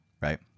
right